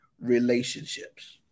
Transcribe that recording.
relationships